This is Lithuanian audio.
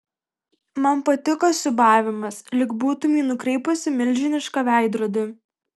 man patiko siūbavimas lyg būtumei nukreipusi milžinišką veidrodį